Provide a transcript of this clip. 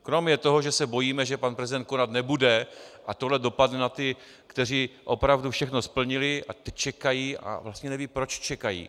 Kromě toho, že se bojíme, že pan prezident konat nebude a tohle dopadne na ty, kteří opravdu všechno splnili a teď čekají a vlastně nevědí, proč čekají.